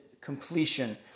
completion